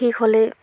ঠিক হ'লেই